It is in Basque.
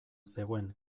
zegoen